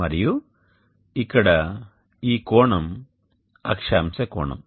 మరియు ఇక్కడ ఈ కోణం అక్షాంశ కోణం